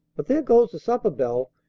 but there goes the supper bell,